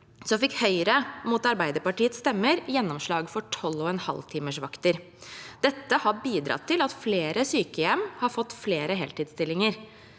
fikk Høyre, mot Arbeiderpartiets stemmer, gjennomslag for 12,5 timers vakter. Dette har bidratt til at flere sykehjem har fått flere heltidsstillinger.